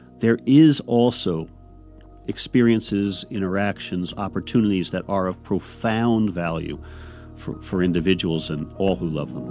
there is also experiences, interactions, opportunities, that are of profound value for for individuals and all who love